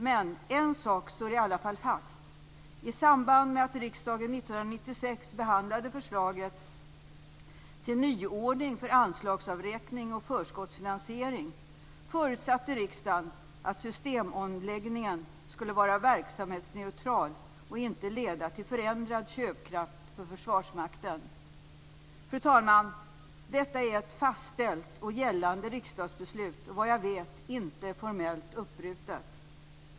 Men en sak står i alla fall fast, i samband med att riksdagen 1996 behandlade förslaget till nyordning för anslagsavräkning och förskottsfinansiering, förutsatte riksdagen att systemomläggningen skulle vara verksamhetsneutral och inte leda till förändrad köpkraft för Försvarsmakten. Fru talman! Detta är ett fastställt och gällande riksdagsbeslut och såvitt jag vet inte formellt uppbrutet.